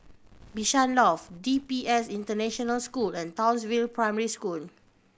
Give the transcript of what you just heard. Bishan Loft D P S International School and Townsville Primary School